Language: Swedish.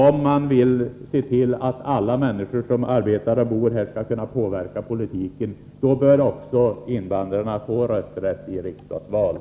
Om man vill se till att alla människor som bor och arbetar här skall kunna påverka politiken, bör också invandrarna få rösträtt i riksdagsvalen.